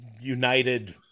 united